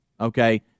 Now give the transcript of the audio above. Okay